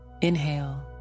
Inhale